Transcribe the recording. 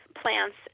Plants